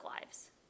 lives